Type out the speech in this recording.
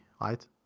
right